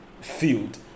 field